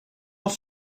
was